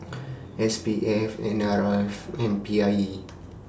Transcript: S P F N R F and P I E